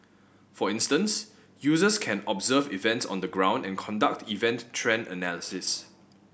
for instance users can observe events on the ground and conduct event trend analysis